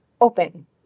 open